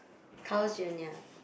Carl's Junior